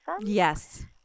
Yes